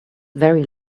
very